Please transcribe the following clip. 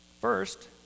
First